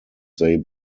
they